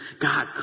God